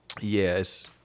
yes